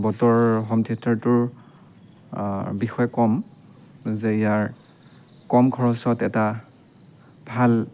ব'টৰ হোম থিয়েটাৰটোৰ বিষয়ে ক'ম যে ইয়াৰ কম খৰচত এটা ভাল